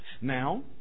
Now